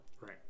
right